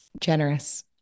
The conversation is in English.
generous